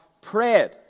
prayed